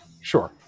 Sure